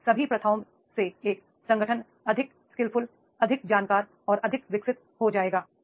इन सभी प्रथाओं से एक संगठन अधिक स्किलफुल अधिक जानकार और अधिक विकसित हो जाएगा